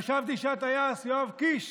חשבתי שהטייס יואב קיש